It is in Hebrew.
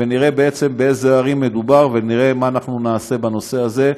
ונראה באיזה ערים מדובר ונראה מה אנחנו נעשה בנושא הזה.